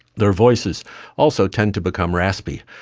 their voices also tend to become raspy.